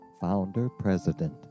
founder-president